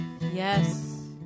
Yes